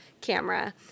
camera